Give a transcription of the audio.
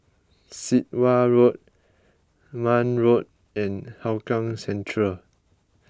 Sit Wah Road Marne Road and Hougang Central